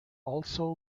also